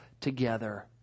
together